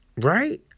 right